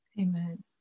Amen